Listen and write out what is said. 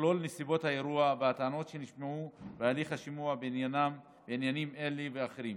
מכלול נסיבות האירוע והטענות שנשמעו בהליך השימוע בעניינים אלה ואחרים,